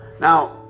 Now